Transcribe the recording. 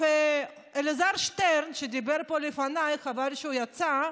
אלעזר שטרן, שדיבר פה לפניי, חבל שהוא יצא,